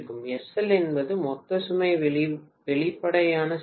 SL என்பது மொத்த சுமை வெளிப்படையான சக்தி